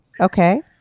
Okay